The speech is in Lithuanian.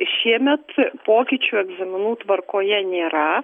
šiemet pokyčių egzaminų tvarkoje nėra